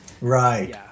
Right